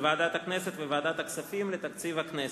ועדת הכנסת וועדת הכספים לתקציב הכנסת.